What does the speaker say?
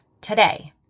today